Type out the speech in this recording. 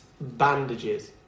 Bandages